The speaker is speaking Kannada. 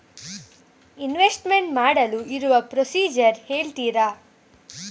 ಇನ್ವೆಸ್ಟ್ಮೆಂಟ್ ಮಾಡಲು ಇರುವ ಪ್ರೊಸೀಜರ್ ಹೇಳ್ತೀರಾ?